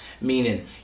meaning